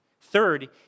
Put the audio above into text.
Third